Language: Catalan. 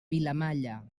vilamalla